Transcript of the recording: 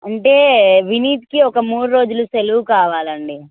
అంటే వినీత్కి ఒక మూడు రోజులు సెలవు కావాలండి